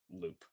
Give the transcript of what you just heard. loop